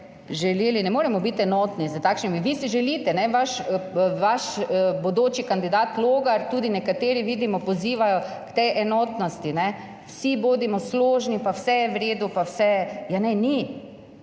želeli, ne moremo biti enotni s takšnimi, vi si želite, vaš, vaš bodoči kandidat Logar, tudi nekateri vidimo, pozivajo k tej enotnosti, vsi, bodimo složni, pa vse je v redu, pa vse...Ja, ne, ni,